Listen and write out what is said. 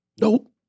Nope